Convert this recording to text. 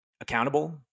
accountable